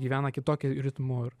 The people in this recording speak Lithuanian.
gyvena kitokiu ritmu ir